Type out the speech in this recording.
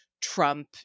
Trump